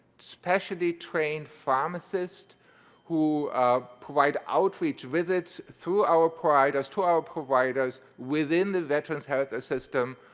specialty-trained pharmacists who provide outreach visits through our providers to our providers within the veterans health system,